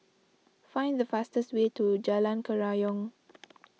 find the fastest way to Jalan Kerayong